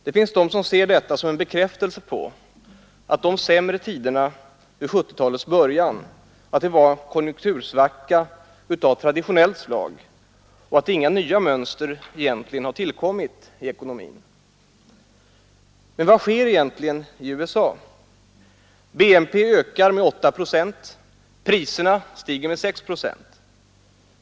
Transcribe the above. Det finns de som ser detta som en berkäftelse på att de sämre tiderna vid 1970-talets början var en konjunktursvacka av traditionellt slag och att inga nya mönster egentligen har tillkommit i ekonomin Men vad sker egentligen i USA? BNP ökar med 8 procent, priserna stiger med 6 procent.